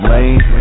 Lane